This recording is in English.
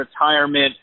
retirement